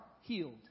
healed